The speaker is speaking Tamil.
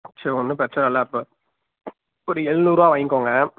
சரி ஒன்றும் பிரச்சின இல்லை அப்போ ஒரு ஏழநூறுவா வாங்க்கோங்க